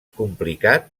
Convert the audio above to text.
complicat